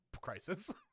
crisis